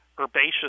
herbaceous